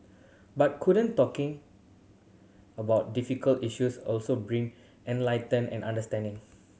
but couldn't talking about difficult issues also bring enlighten and understanding